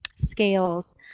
scales